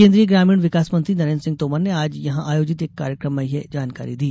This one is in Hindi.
केन्द्रीय ग्रामीण विकास मंत्री नरेन्द्र सिंह तोमर ने आज यहां आयोजित एक कार्यक्रम में यह जानकारी दी